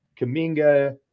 Kaminga